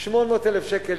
800,000 שקל,